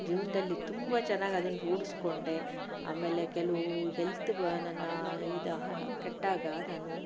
ಜೀವನದಲ್ಲಿ ತುಂಬ ಚೆನ್ನಾಗಿ ಅದನ್ನ ರೂಢಿಸಿಕೊಂಡೆ ಆಮೇಲೆ ಕೆಲವು ಹೆಲ್ತ್ ಬ ನನ್ನ ಇದು ಹಹ ಕೆಟ್ಟಾಗ ನಾನು